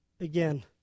again